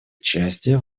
участие